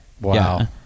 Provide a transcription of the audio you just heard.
wow